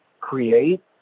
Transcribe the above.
create